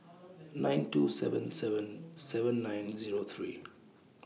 nine two seven seven seven nine Zero three